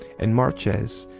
and marches,